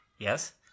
Yes